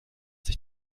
sich